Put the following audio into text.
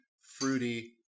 fruity